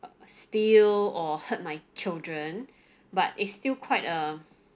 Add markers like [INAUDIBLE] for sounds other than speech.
steal or hurt my children but it's still quite a [BREATH]